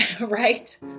Right